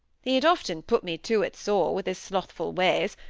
he had often put me to it sore, with his slothful ways,